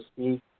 speak